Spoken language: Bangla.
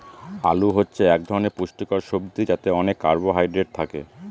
আলু হচ্ছে এক ধরনের পুষ্টিকর সবজি যাতে অনেক কার্বহাইড্রেট থাকে